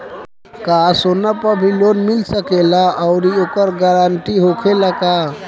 का सोना पर भी लोन मिल सकेला आउरी ओकर गारेंटी होखेला का?